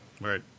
Right